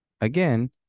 again